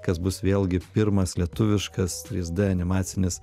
kas bus vėlgi pirmas lietuviškas trys d animacinis